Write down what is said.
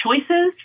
choices